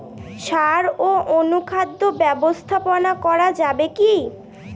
সাড় ও অনুখাদ্য ব্যবস্থাপনা করা যাবে কি?